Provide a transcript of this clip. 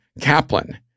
Kaplan